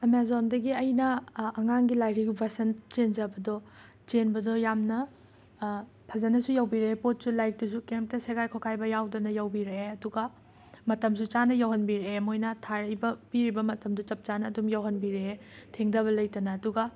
ꯑꯦꯃꯥꯖꯣꯟꯗꯒꯤ ꯑꯩꯅ ꯑꯉꯥꯡꯒꯤ ꯂꯥꯏꯔꯤꯛ ꯔꯨꯕꯁꯟ ꯆꯦꯟꯖꯕꯗꯣ ꯆꯦꯟꯕꯗꯣ ꯌꯥꯝꯅ ꯐꯖꯅꯁꯨ ꯌꯧꯕꯤꯔꯛꯑꯦ ꯄꯣꯠꯁꯨ ꯂꯥꯏꯔꯤꯛꯇꯨꯁꯨ ꯀꯩꯝꯇ ꯁꯦꯒꯥꯏ ꯈꯣꯠꯀꯥꯏꯕ ꯌꯥꯎꯗꯅ ꯌꯧꯕꯤꯔꯛꯑꯦ ꯑꯗꯨꯒ ꯃꯇꯝꯁꯨ ꯆꯥꯅ ꯌꯧꯍꯟꯕꯤꯔꯑꯦ ꯃꯣꯏꯅ ꯊꯥꯔꯛꯏꯕ ꯄꯤꯔꯤꯕ ꯃꯇꯝꯗꯨ ꯆꯞ ꯆꯥꯅ ꯑꯗꯨꯝ ꯌꯧꯍꯟꯕꯤꯔꯛꯑꯦ ꯊꯦꯡꯗꯕ ꯂꯩꯇꯅ ꯑꯗꯨꯒ